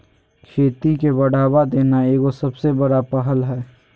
खेती के बढ़ावा देना एगो सबसे बड़ा पहल हइ